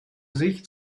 sich